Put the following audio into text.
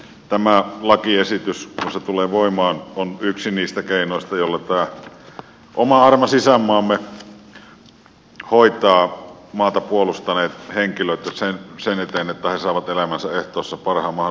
tämä lakiesitys kun se tulee voimaan on yksi niistä keinoista joilla tämä oma armas isänmaamme hoitaa maata puolustaneita henkilöitä ja toimii sen eteen että he saavat elämänsä ehtoossa parhaan mahdollisen hoidon ja hoivan